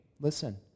listen